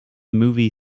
movie